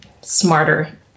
smarter